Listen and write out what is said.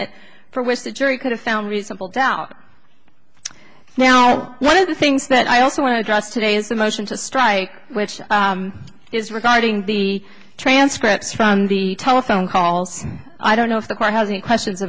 it for which the jury could have found reasonable doubt now one of the things that i also want to address today is the motion to strike which is regarding the transcripts from the telephone calls i don't know if the court has any questions